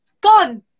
gone